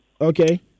Okay